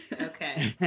Okay